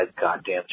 goddamn